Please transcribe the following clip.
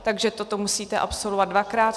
Takže toto musíte absolvovat dvakrát.